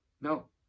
No